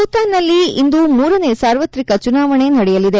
ಭೂತಾನ್ನಲ್ಲಿ ಇಂದು ಮೂರನೇ ಸಾರ್ವತ್ರಿಕ ಚುನಾವಣೆ ನಡೆಯಲಿದೆ